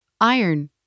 iron